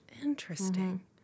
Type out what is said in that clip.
Interesting